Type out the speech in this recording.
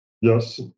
Yes